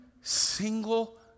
single